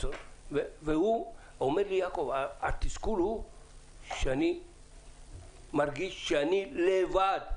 הוא אומר: התסכול הוא שאני מרגיש שאני לבד.